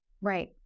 right